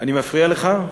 אני מפריע לך?